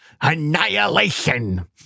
annihilation